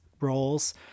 roles